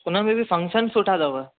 हुन में बि फंक्शन सुठा अथव